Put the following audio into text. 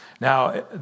Now